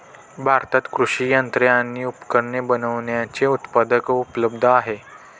भारतात कृषि यंत्रे आणि उपकरणे बनविण्याचे उत्पादक उपलब्ध आहे